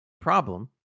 problem